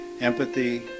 empathy